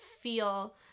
feel